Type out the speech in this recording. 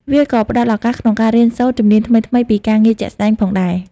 វាក៏ផ្តល់ឱកាសក្នុងការរៀនសូត្រជំនាញថ្មីៗពីការងារជាក់ស្តែងផងដែរ។